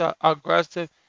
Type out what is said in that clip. aggressive